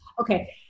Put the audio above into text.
Okay